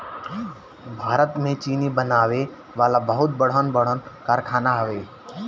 भारत में चीनी बनावे वाला बहुते बड़हन बड़हन कारखाना हवे